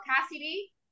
Cassidy